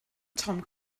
tom